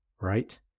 Right